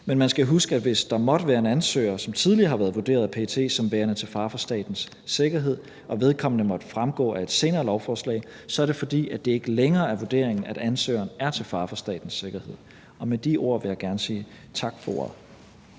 Men man skal huske, at det, hvis der måtte være en ansøger, som tidligere har været vurderet af PET som værende til fare for statens sikkerhed og vedkommende måtte fremgå af et senere lovforslag, så er, fordi det ikke længere er vurderingen, at ansøgeren er til fare for statens sikkerhed. Med de ord vil jeg gerne sige tak for ordet.